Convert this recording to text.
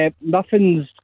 nothing's